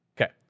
Okay